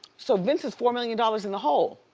so vince is four million dollars in the hole.